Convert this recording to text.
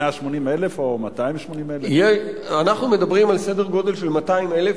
180,000 או 280,000. אנחנו מדברים על סדר גודל של 200,000,